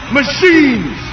machines